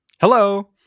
Hello